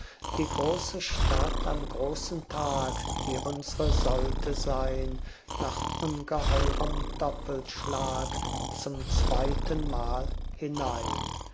die große stadt am großen tag die unsre sollte sein nach ungeheurem doppelschlag zum zweitenmal hinein